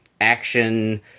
action